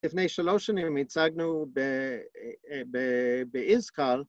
לפני שלוש שנים הצגנו באיזכר